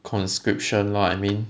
conscription lor I mean